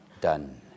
done